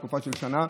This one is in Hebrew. תקופה של שנה,